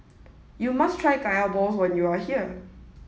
you must try Kaya Balls when you are here